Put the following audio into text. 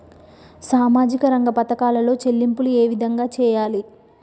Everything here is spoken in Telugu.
సామాజిక రంగ పథకాలలో చెల్లింపులు ఏ విధంగా చేయాలి?